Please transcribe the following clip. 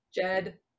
Jed